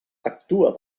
actua